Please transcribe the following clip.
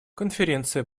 конференция